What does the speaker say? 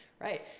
right